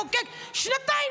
כל היום אתם מחוקקים.